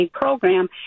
program